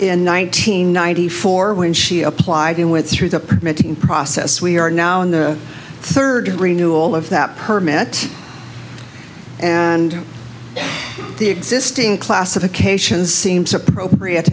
hundred ninety four when she applied and went through the permitting process we are now in the third new all of that permit and the existing classifications seems appropriate